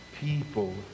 people